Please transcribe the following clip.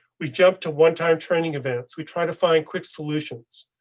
we jumped to one time training events. we try to find quick solutions.